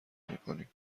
میکنیم